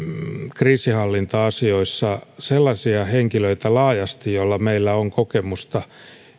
kriisinhallinta asioissa laajasti sellaisia henkilöitä joista meillä on kokemusta